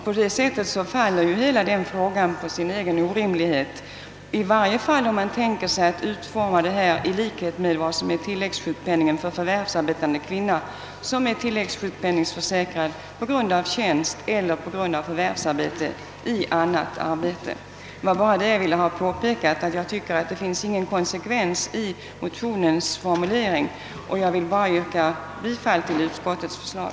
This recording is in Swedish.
På det sättet faller ju hela frågan på sin egen orimlighet, i varje fall om man tänker sig att utforma detta i likhet med tilläggssjukpenningen för förvärvsarbetande kvinna, som är tilläggssjukpenningförsäkrad på grund av tjänst eller på grund av annat förvärvsarbete. Jag vill bara påpeka, att jag inte tycker att det finns någon konsekvens i motionens formulering och ber, herr talman, att få yrka bifall till utskottets förslag.